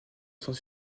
sans